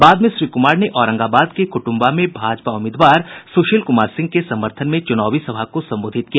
बाद में श्री कुमार ने औरंगाबाद के कुट्म्बा में भाजपा उम्मीदवार सुशील कुमार सिंह के समर्थन में चुनावी सभा को संबोधित किया